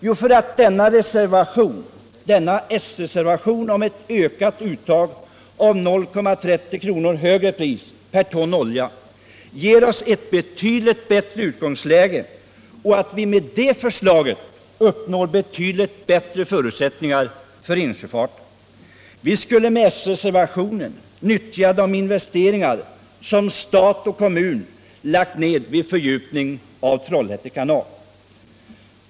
Jo, därför att denna s-reservation om ett ökat uttag av 0:30 kr. högre pris per ton olja ger oss ett betydligt bättre utgångsläge och vi med det förslaget uppnår betydligt bättre förutsättningar för insjöfarten. Vi skulle med s-reservationen nyttja de investeringar som stat och kommun lagt ned vid fördjupningen av Trollhätte kanal.